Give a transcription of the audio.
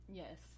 yes